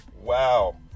Wow